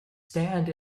stands